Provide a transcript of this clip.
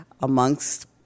amongst